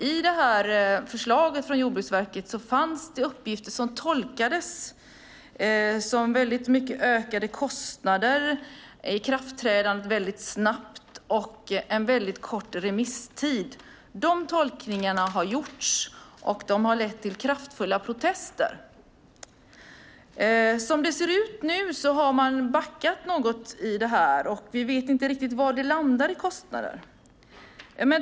I förslaget från Jordbruksverket fanns uppgifter som tolkades som ökade kostnader, ett snabbt ikraftträdande och en kort remisstid. Dessa tolkningar har gjorts och har lett till kraftfulla protester. Som det ser ut nu har man backat något i detta, och vi vet inte riktigt var det landar i kostnader.